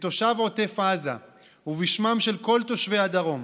כתושב עוטף עזה ובשמם של כל תושבי הדרום